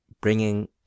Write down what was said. bringing